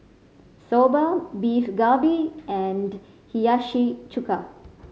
Soba Beef Galbi and Hiyashi Chuka